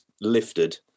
lifted